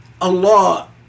Allah